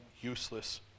useless